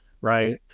right